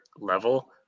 level